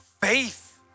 Faith